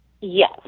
Yes